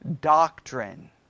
doctrine